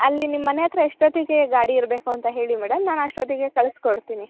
ಅಲ್ಲಿ ನಿಮ್ಮ ಮನೆ ಹತ್ತಿರ ಎಷ್ಟೊತ್ತಿಗೆ ಗಾಡಿ ಇರಬೇಕೂಂತ ಹೇಳಿ ಮೇಡಮ್ ನಾನು ಅಷ್ಟೊತ್ತಿಗೆ ಕಳ್ಸಿ ಕೊಡ್ತೀನಿ